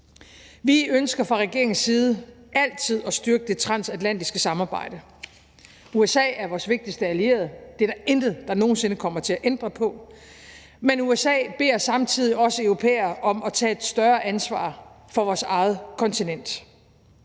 Vi ønsker fra regeringens side altid at styrke det transatlantiske samarbejde. USA er vores vigtigste allierede, det er der intet, der nogen sinde kommer til at ændre på, men USA beder samtidig os europæere om at tage et større ansvar for vores eget kontinent.